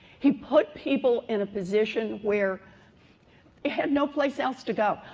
he put people in a position where they had no place else to go.